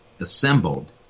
assembled